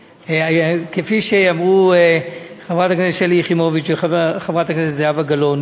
כפי שאמרו חברת הכנסת שלי יחימוביץ וחברת הכנסת זהבה גלאון,